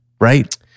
Right